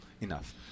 enough